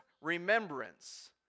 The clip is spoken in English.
remembrance